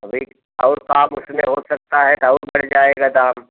अभी और काम उसमें हो सकता है तो और मिल जाएगा दाम